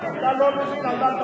אתה לא מבין על מה אתה מדבר.